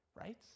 right